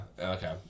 okay